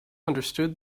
understood